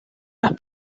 las